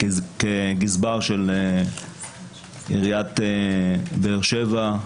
כגזבר של עיריית באר שבע,